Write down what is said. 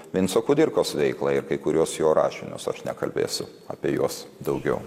vinco kudirkos veiklą ir kai kuriuos jo rašinius aš nekalbėsiu apie juos daugiau